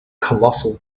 colossal